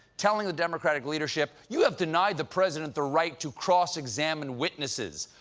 telling the democratic leadership, you have denied the president the right to cross-examine witnesses.